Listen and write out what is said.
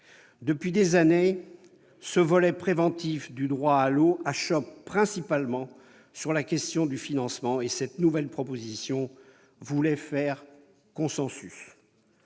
Depuis des années, ce volet préventif du droit à l'eau achoppe principalement sur la question du financement, et cette nouvelle proposition voulait faire consensus.